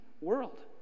world